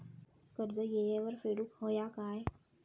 कर्ज येळेवर फेडूक होया काय?